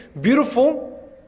beautiful